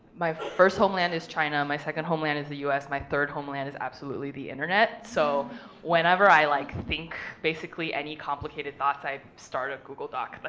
my first homeland is china. my second homeland is the us. my third homeland is absolutely the internet. so whenever i, like, think, basically, any complicated thoughts, i start a google doc. but